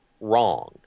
wrong